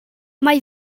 mae